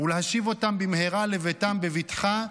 ולהשיב אותם במהרה לביתם בבטחה,